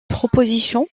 proposition